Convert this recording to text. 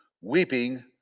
weeping